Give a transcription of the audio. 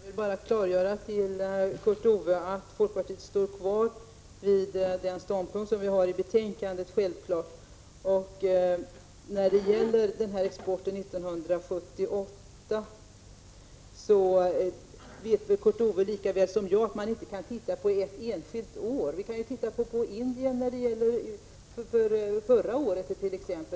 Fru talman! Jag vill bara klargöra för Kurt Ove Johansson att folkpartiet självfallet står för den ståndpunkt vi intagit i utskottet. När det gäller exporten 1978 vill jag säga att Kurt Ove Johansson väl vet lika väl som jag att man inte kan titta på ett enskilt år. Vi kan ju t.ex. titta på